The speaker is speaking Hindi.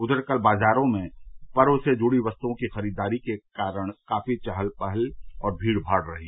उधर कल बाजारो में पर्व से जुड़ी वस्तुओं की खरीददारी के कारण काफी चहल पहल और भीड भाड़ रही